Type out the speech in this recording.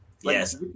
Yes